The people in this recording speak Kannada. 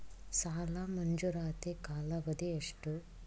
ಸಾಲ ಮಂಜೂರಾತಿ ಕಾಲಾವಧಿ ಎಷ್ಟು?